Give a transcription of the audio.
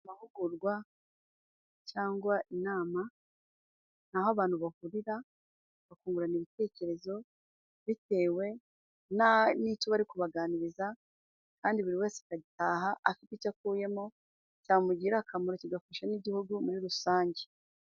Amahugurwa cyangwa inama ni aho abantu bahurira bakungurana ibitekerezo, bitewe n'icyo bari kubaganiriza, kandi buri wese agataha afite icyo akuyemo cyamugirira akamaro, kigafasha n'igihugu muri rusange.